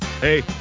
Hey